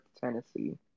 Tennessee